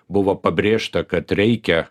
buvo pabrėžta kad reikia